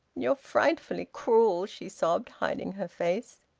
you're frightfully cruel! she sobbed, hiding her face.